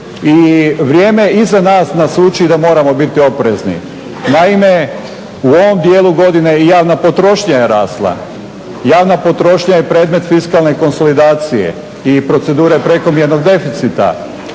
i vrijeme iza nas nas uči da moramo biti oprezni. Naime u ovom dijelu godine javna potrošnja je rasla, javna potrošnja je predmet fiskalne konsolidacije i procedure prekomjernog deficita.